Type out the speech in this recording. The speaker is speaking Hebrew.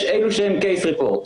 יש אלו שהם case report,